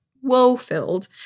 woe-filled